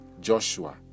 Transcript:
Joshua